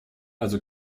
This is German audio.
also